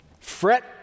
Fret